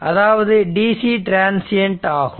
அதாவது DC transient ஆகும்